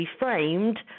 Reframed